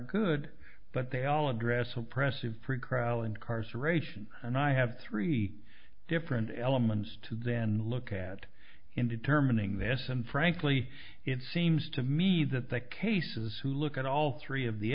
good but they all address oppressive pre crowland cards aeration and i have three different elements to then look at in determining this and frankly it seems to me that the cases who look at all three of the